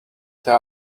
they